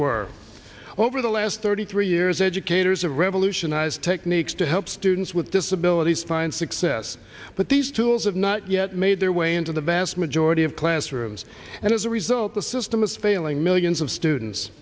were over the last thirty three years educators have revolutionized techniques to help students with disabilities find success but these tools have not yet made their way into the vast majority of classrooms and as a result the system is failing millions of students